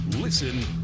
Listen